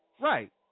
Right